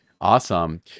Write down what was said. Awesome